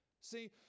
See